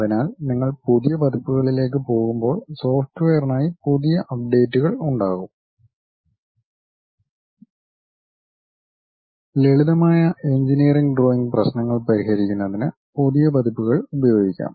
അതിനാൽ നിങ്ങൾ പുതിയ പതിപ്പുകളിലേക്ക് പോകുമ്പോൾ സോഫ്റ്റ്വെയറിനായി പുതിയ അപ്ഡേറ്റുകൾ ഉണ്ടാകും ലളിതമായ എഞ്ചിനീയറിംഗ് ഡ്രോയിംഗ് പ്രശ്നങ്ങൾ പരിഹരിക്കുന്നതിന് പഴയ പതിപ്പുകൾ ഉപയോഗിക്കാം